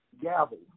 Gavel